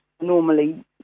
normally